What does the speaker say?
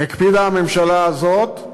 הקפידה הממשלה הזאת,